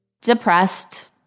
Depressed